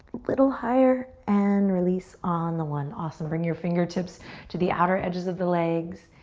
little higher, and release on the one. awesome, bring your fingertips to the outer edges of the legs.